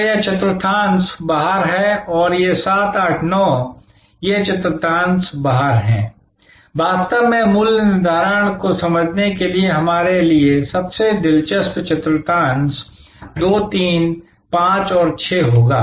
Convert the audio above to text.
तो यह चतुर्थांश बाहर है और ये 7 8 9 ये चतुर्भुज बाहर हैं वास्तव में मूल्य निर्धारण को समझने के लिए हमारे लिए सबसे दिलचस्प चतुर्थांश 2 3 5 और 6 होगा